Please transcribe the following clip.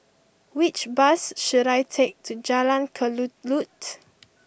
which bus should I take to Jalan Kelulut